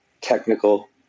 technical